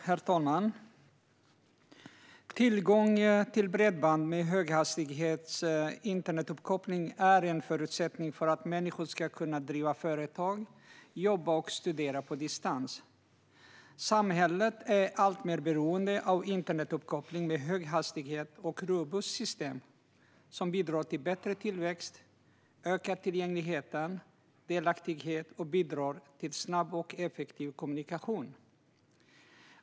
Herr talman! Tillgång till bredband med hög hastighet för internetuppkoppling är en förutsättning för att människor ska kunna driva företag, jobba och studera på distans. Samhället är alltmer beroende av internetuppkoppling med hög hastighet och av ett robust system som bidrar till bättre tillväxt, ökad tillgänglighet och delaktighet och som bidrar till snabb och effektiv kommunikation.